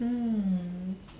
mm